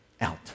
out